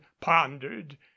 pondered